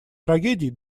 трагедий